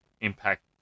Impact